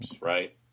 right